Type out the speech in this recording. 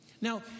Now